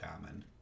common